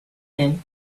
him